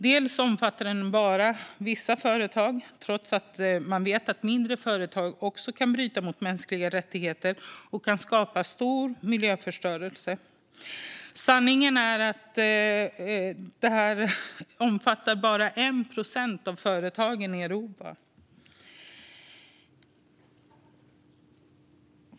Lagen omfattar bara vissa företag, trots att man vet att även mindre företag kan bryta mot mänskliga rättigheter och skapa stor miljöförstörelse. Sanningen är att det här endast omfattar 1 procent av företagen i Europa.